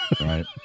Right